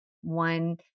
one